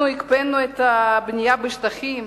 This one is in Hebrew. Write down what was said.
אנחנו הקפאנו את הבנייה בשטחים,